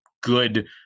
good